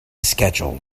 schedule